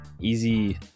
Easy